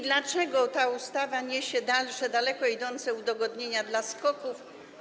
Dlaczego ta ustawa niesie kolejne daleko idące udogodnienia dla SKOK-ów?